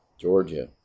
Georgia